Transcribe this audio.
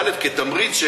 ד' כתמריץ,